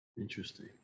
Interesting